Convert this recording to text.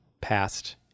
past